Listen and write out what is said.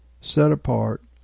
set-apart